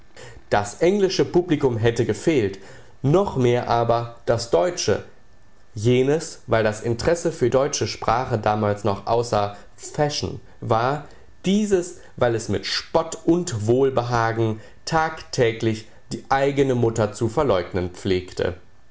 das englische publikum hätte gefehlt noch mehr aber das deutsche jenes weil das interesse für deutsche sprache damals noch außer fashion war dieses weil es mit spott und wohlbehagen tagtäglich die eigene mutter zu verleugnen pflegte